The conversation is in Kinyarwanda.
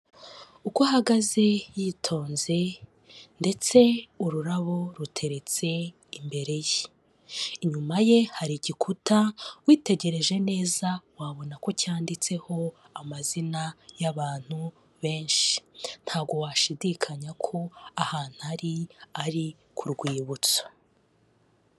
Uko ahagaze yitonze ndetse ururabo ruteretse imbere ye, inyuma ye hari igikuta witegereje neza wabona ko cyanditseho amazina y'abantu benshi ntago washidikanya ko ahantu hari ari ku rwibutso.